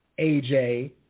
AJ